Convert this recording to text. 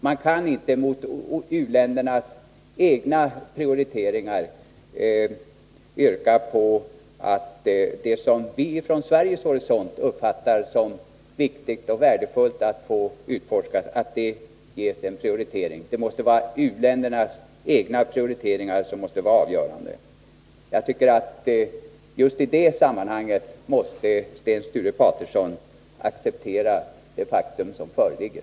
Man kan inte mot u-ländernas egna prioriteringar yrka på att det som vi från Sveriges horisont uppfattar som viktigt och värdefullt skall prioriteras. U-ländernas egna prioriteringar måste alltså vara avgörande. Jag tycker att Sten Sture Paterson i detta sammanhang måste acceptera det faktum som föreligger.